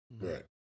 right